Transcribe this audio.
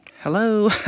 hello